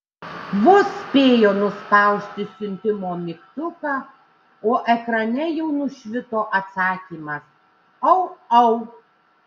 vos spėjo nuspausti siuntimo mygtuką o ekrane jau nušvito atsakymas au au